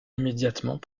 immédiatement